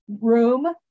room